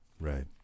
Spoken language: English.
right